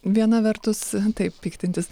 viena vertus taip piktintis